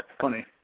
Funny